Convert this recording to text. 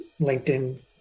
LinkedIn